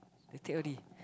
they take already